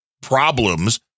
problems